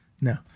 no